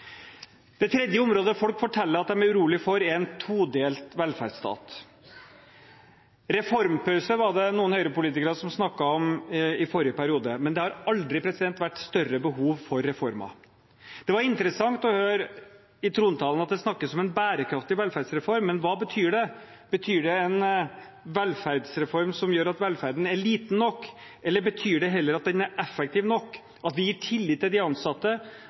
Det tredje området folk forteller at de er urolige for, er en todelt velferdsstat. Reformpause var det noen Høyre-politikere som snakket om i forrige periode. Men det har aldri vært større behov for reformer. Det var interessant å høre at det i trontalen ble snakket om en bærekraftig velferdsreform. Men hva betyr det? Betyr det en velferdsreform som gjør at velferden er liten nok, eller betyr det heller at den er effektiv nok, at vi har tillit til de ansatte,